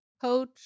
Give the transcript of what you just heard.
coach